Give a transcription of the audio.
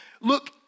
look